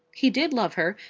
he did love her,